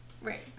Right